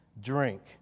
drink